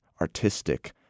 artistic